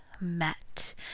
met